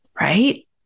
Right